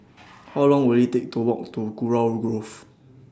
How Long Will IT Take to Walk to Kurau Grove